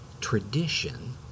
tradition